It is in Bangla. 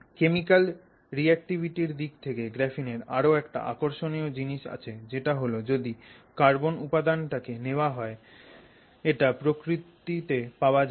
কেমিকাল রিঅ্যাক্টিভিটির দিক থেকে গ্রাফিনের আরও একটা আকর্ষণীয় জিনিস আছে যেটা হল যদি কার্বন উপাদানটাকে নেওয়া হয় এটা প্রকৃতিতে পাওয়া যায়